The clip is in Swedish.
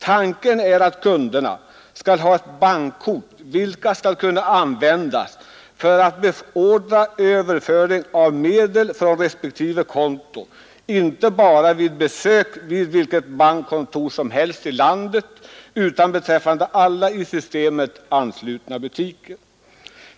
Tanken är att varje kund skall ha ett bankkort, vilket skall kunna användas för att beordra överföring av medel från respektive konto, inte bara vid besök vid vilket bankkontor som helst i landet utan även beträffande alla till systemet anslutna butiker.